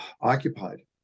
occupied